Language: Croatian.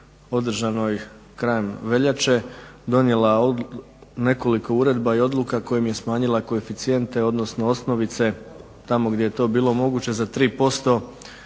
održanoj krajem veljače donijela nekoliko uredba i odluka kojim je smanjila koeficijente odnosno osnovice tamo gdje je to bilo moguće za 3%